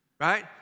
right